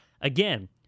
again